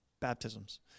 baptisms